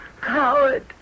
Coward